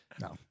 No